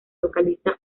localiza